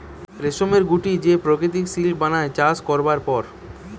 রেশমের গুটি যে প্রকৃত সিল্ক বানায় চাষ করবার পর